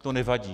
To nevadí.